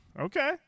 okay